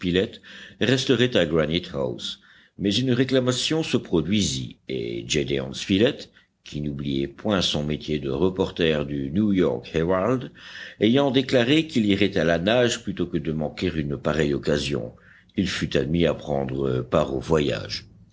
resteraient à granite house mais une réclamation se produisit et gédéon spilett qui n'oubliait point son métier de reporter du new-york herald ayant déclaré qu'il irait à la nage plutôt que de manquer une pareille occasion il fut admis à prendre part au voyage